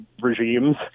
regimes